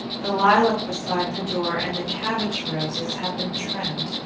the lilac beside the door and the cabbage roses had been trimmed,